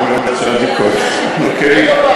על יום ההולדת של עדי קול, בן או בת?